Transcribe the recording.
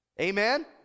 Amen